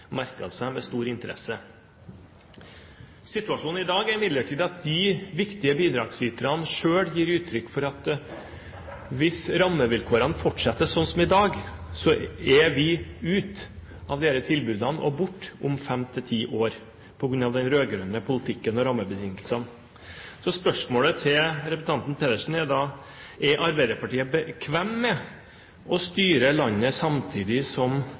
seg med stor interesse. Situasjonen i dag er imidlertid at de viktige bidragsyterne selv gir uttrykk for at hvis rammevilkårene fortsetter slik som i dag, er disse tilbudene borte om fem til ti år på grunn av den rød-grønne politikken og rammebetingelsene. Så spørsmålet til representanten Pedersen er da: Er Arbeiderpartiet bekvemt med å styre landet samtidig som